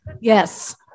Yes